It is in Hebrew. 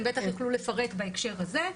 הם בטח יוכלו לפרט בהקשר הזה.